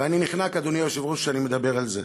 ואני נחנק, אדוני היושב-ראש, כשאני מדבר על זה,